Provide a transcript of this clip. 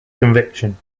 conviction